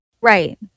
Right